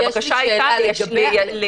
נכון.